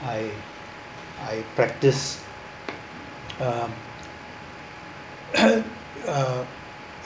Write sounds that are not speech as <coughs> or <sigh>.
I I practice uh <coughs> uh